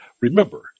Remember